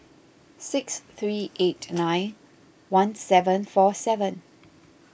six three eight nine one seven four seven